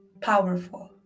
powerful